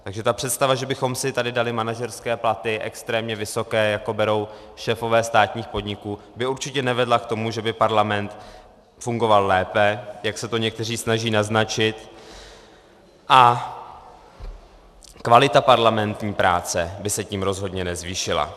Takže ta představa, že bychom si tady dali manažerské platy, extrémně vysoké, jaké berou šéfové státních podniků, by určitě nevedla k tomu, že by parlament fungoval lépe, jak se to někteří snaží naznačit, a kvalita parlamentní práce by se tím rozhodně nezvýšila.